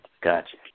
Gotcha